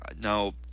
now